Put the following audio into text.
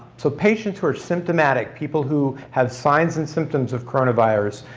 so patients who are symptomatic, people who have signs and symptoms of coronavirus,